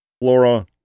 Flora